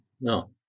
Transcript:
No